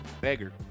Beggar